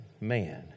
man